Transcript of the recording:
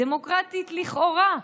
הדמוקרטית לכאורה,